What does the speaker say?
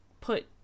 put